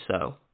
so